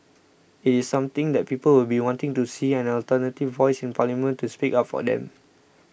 it is something that people will be wanting to see an alternative voice in parliament to speak up for them